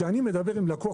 כשאני מדבר עם לקוח,